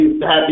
happy